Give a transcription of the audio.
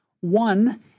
One